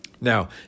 Now